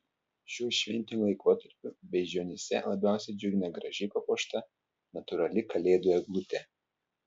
šiuo šventiniu laikotarpiu beižionyse labiausiai džiugina gražiai papuošta natūrali kalėdų eglutė